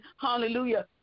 hallelujah